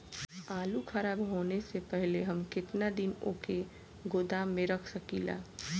आलूखराब होने से पहले हम केतना दिन वोके गोदाम में रख सकिला?